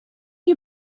you